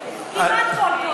כמעט כל תועבה.